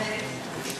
עיסאווי פריג'.